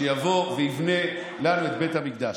שיבוא ויבנה לנו את בית המקדש,